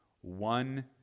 one